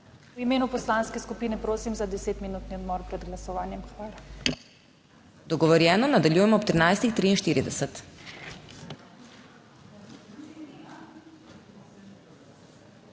V imenu poslanske skupine, prosim za deset minutni odmor pred glasovanjem. Hvala.